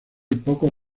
pocos